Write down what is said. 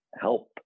help